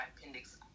appendix